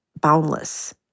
boundless